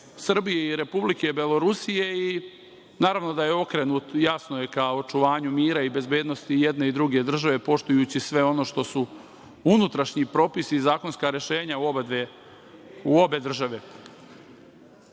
Srbije i Republike Belorusije i naravno da je okrenut ka očuvanju mira i bezbednosti i jedne i druge države, poštujući sve ono što su unutrašnji propisi i zakonska rešenja u obe